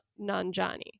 Nanjani